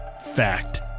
Fact